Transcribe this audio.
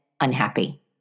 unhappy